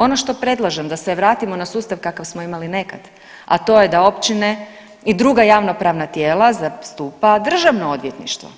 Ono što predlažem da se vratimo na sustav kakav smo imali nekad, a to je da općine i druga javno-pravna tijela zastupa Državno odvjetništvo,